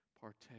partake